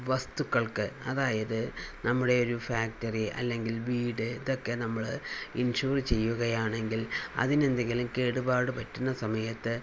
വസ്തുക്കൾക്ക് അതായത് നമ്മുടെ ഒരു ഫാക്ടറി അല്ലെങ്കിൽ വീട് ഇതൊക്കെ നമ്മള് ഇൻഷുറ് ചെയ്യുകയാണെങ്കിൽ അതിനെന്തെങ്കിലും കേടുപാട് പറ്റുന്ന സമയത്ത്